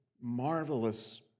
marvelous